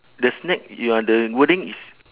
the snack ya the wording is